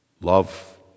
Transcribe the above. love